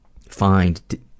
find